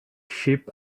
sheep